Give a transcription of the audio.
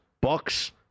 Bucks